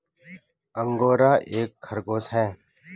angora एक खरगोश है